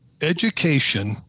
Education